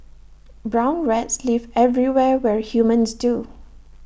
brown rats live everywhere where humans do